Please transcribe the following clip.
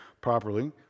properly